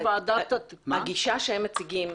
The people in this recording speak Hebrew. הגישה שהם מציגים,